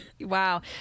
Wow